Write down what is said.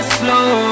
slow